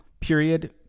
period